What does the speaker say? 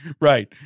right